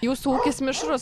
jūsų ūkis mišrus